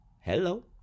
Hello